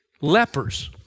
Lepers